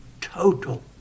total